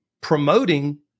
promoting